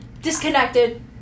Disconnected